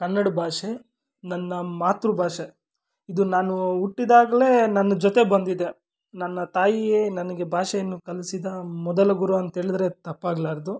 ಕನ್ನಡ ಭಾಷೆ ನನ್ನ ಮಾತೃ ಭಾಷೆ ಇದು ನಾನು ಹುಟ್ಟಿದಾಗ್ಲೇ ನನ್ನ ಜೊತೆ ಬಂದಿದೆ ನನ್ನ ತಾಯಿಯೇ ನನಗೆ ಭಾಷೆಯನ್ನು ಕಲಿಸಿದ ಮೊದಲ ಗುರು ಅಂತೇಳಿದರೆ ತಪ್ಪಾಗಲಾರ್ದು